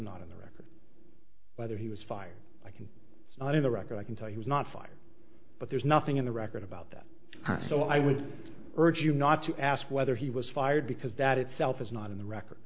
record whether he was fired i can not in the record i can tell you was not fired but there's nothing in the record about that so i would urge you not to ask whether he was fired because that itself is not in the record